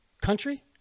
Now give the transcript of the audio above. country